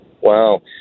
Wow